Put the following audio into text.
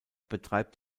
betreibt